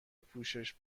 پوشش